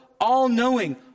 all-knowing